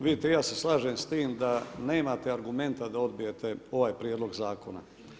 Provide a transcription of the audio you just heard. Vidite i ja se slažem s tim da nemate argumenta da odbijete ovaj Prijedlog zakona.